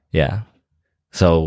Yeah.So